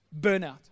burnout